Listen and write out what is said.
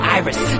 iris